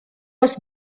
was